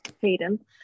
hayden